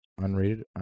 unrated